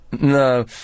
No